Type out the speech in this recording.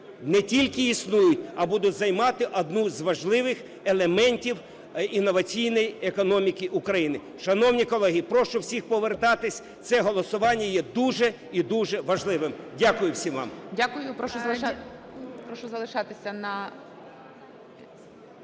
не тільки існують, а будуть займати одну з важливих елементів інноваційної економіки України. Шановні колеги, прошу всіх повертатися. Це голосування є дуже і дуже важливим. Дякую всім вам.